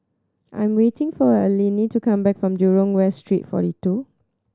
I am waiting for Eleni to come back from Jurong West Street Forty Two